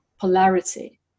polarity